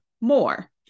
more